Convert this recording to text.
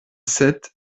sept